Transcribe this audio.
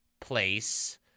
place